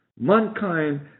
mankind